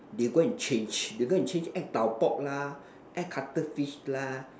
they go and change they go and change add tau pok lah add cuttlefish lah